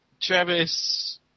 Travis